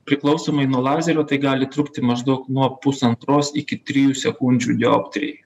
priklausomai nuo lazerio tai gali trukti maždaug nuo pusantros iki trijų sekundžių dioptrijai